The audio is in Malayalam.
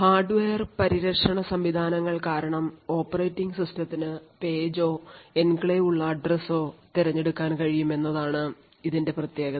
ഹാർഡ്വെയർ പരിരക്ഷണ സംവിധാനങ്ങൾ കാരണം ഓപ്പറേറ്റിംഗ് സിസ്റ്റത്തിന് പേജോ എൻക്ലേവ് ഉള്ള അഡ്രെസ്സ് ഓ തിരഞ്ഞെടുക്കാൻ കഴിയും എന്നതാണ് ഇതിന്റെ പ്രത്യേകത